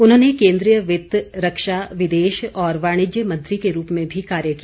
उन्होंने केंद्रीय वित्त रक्षा विदेश और वाणिज्य मंत्री के रूप में भी कार्य किया